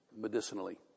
medicinally